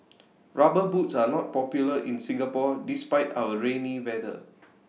rubber boots are not popular in Singapore despite our rainy weather